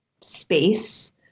space